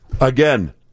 again